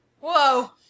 Whoa